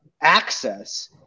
access